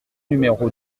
numéro